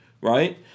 right